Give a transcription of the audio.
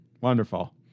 Wonderful